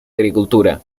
agricultura